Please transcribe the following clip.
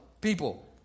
people